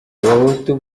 abahutu